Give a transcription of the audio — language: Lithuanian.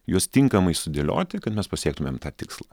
juos tinkamai sudėlioti kad mes pasiektumėm tikslą